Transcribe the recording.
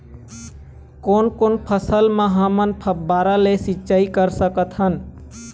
कोन कोन फसल म हमन फव्वारा ले सिचाई कर सकत हन?